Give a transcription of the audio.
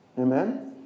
Amen